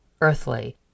earthly